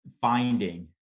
finding